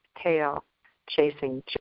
tail-chasing